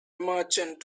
merchant